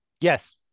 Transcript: Yes